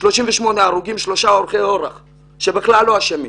38 הרוגים ושלושה עוברי אורח שבכלל לא אשמים.